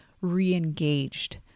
re-engaged